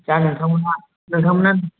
दा नोंथांमोनहा